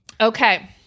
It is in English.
Okay